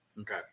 okay